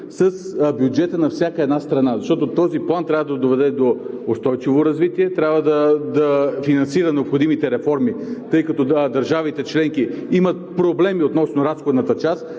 с бюджета на всяка една страна. Защото този план трябва да доведе до устойчиво развитие, трябва да финансира необходимите реформи, тъй като държавите членки имат проблеми относно разходната част,